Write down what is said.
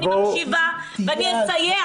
אני מקשיבה ואני אסייע.